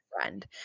friend